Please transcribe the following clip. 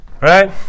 right